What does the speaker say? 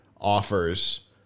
offers